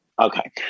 Okay